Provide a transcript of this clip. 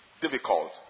difficult